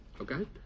Okay